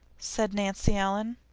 said nancy ellen.